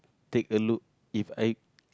take a look if I